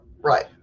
Right